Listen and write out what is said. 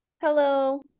Hello